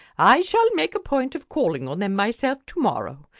i shall make a point of calling on them myself tomorrow.